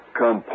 come